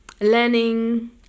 learning